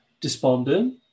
despondent